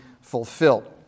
fulfilled